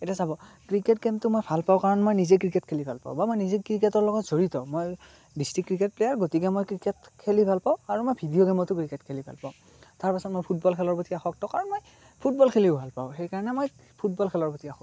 এতিয়া চাব ক্ৰিকেট গেমটো মই ভালপাওঁ কাৰণ মই নিজেই ক্ৰিকেট খেলি ভাল পাওঁ বা মই নিজে ক্ৰিকেটৰ লগত জড়িত মই ডিষ্ট্ৰিক্ট ক্ৰিকেট প্লেয়াৰ গতিকে মই ক্ৰিকেট খেলি ভাল পাওঁ আৰু মই ভিডিঅ' গেমতো ক্ৰিকেট খেলি ভাল পাওঁ তাৰপাছত মই ফুটবল খেলৰ প্ৰতি আসক্ত কাৰণ মই ফুটবল খেলিও ভাল সেইকাৰণে মই ফুটবল খেলৰ প্ৰতি আসক্ত